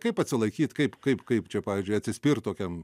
kaip atsilaikyt kaip kaip kaip čia pavyzdžiui atsispirt tokiam